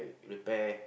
repair